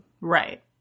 Right